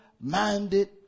Minded